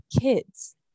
kids